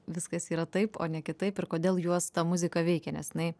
viskas yra taip o ne kitaip ir kodėl juos ta muzika veikia nes jinai